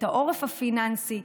את העורף הפיננסי,